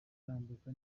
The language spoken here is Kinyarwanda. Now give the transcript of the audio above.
tambuka